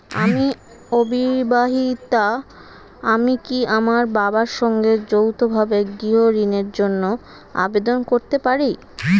আমি অবিবাহিতা আমি কি আমার বাবার সঙ্গে যৌথভাবে গৃহ ঋণের জন্য আবেদন করতে পারি?